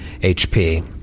HP